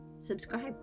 subscribe